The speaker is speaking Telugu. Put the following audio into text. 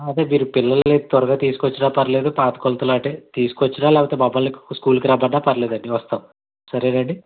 అదే మీరు పిల్లలని త్వరగా తీసుకొచ్చినా పర్లేదు పాత కొలతలుంటే తీసుకొచ్చినా లేకపోతే మమ్మల్ని స్కూల్కి రమ్మన్నా పర్లేదండి వస్తాం సరేనాండి